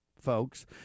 folks